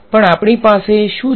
પણ આપણી પાસે શું છે